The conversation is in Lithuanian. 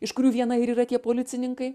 iš kurių viena ir yra tie policininkai